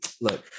Look